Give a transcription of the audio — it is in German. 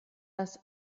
das